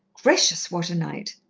gracious, what a night!